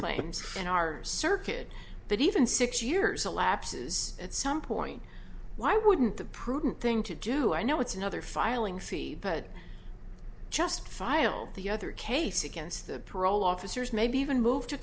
claims in our circuit but even six years a lapses at some point why wouldn't the prudent thing to do i know it's another filing fee but just file the other case against the parole officers maybe even move to